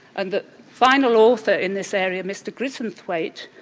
and the final author in this area, mr grisenthwaite,